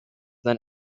than